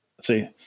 see